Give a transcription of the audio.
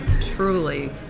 truly